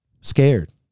scared